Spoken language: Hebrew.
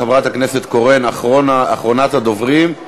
חברת הכנסת קורן, אחרונת הדוברים,